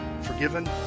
forgiven